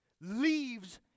leaves